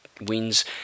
wins